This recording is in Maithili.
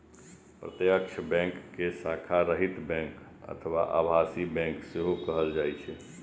प्रत्यक्ष बैंक कें शाखा रहित बैंक अथवा आभासी बैंक सेहो कहल जाइ छै